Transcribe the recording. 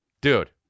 Dude